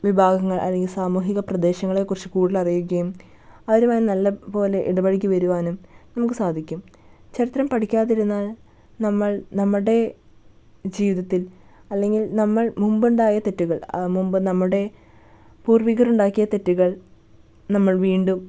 വിഭാഗങ്ങൾ അല്ലെങ്കിൽ സാമൂഹിക പ്രദേശങ്ങളെക്കുറിച്ച് കൂടുതൽ അറിയുകയും അവരുമായി നല്ല പോലെ ഇടപഴകി വരുവാനും നമുക്ക് സാധിക്കും ചരിത്രം പഠിക്കാതിരുന്നാൽ നമ്മൾ നമ്മുടെ ജീവിതത്തിൽ അല്ലെങ്കിൽ നമ്മൾ മുമ്പുണ്ടായ തെറ്റുകൾ മുമ്പ് നമ്മുടെ പൂർവികർ ഉണ്ടാക്കിയ തെറ്റുകൾ നമ്മൾ വീണ്ടും